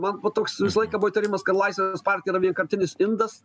man va toks visą laiką buvo įtarimas kad laisvė partija yra vienkartinis indas